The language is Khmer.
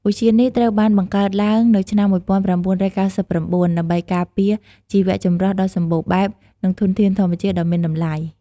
ឧទ្យាននេះត្រូវបានបង្កើតឡើងនៅឆ្នាំ១៩៩៩ ដើម្បីការពារជីវៈចម្រុះដ៏សម្បូរបែប និងធនធានធម្មជាតិដ៏មានតម្លៃ។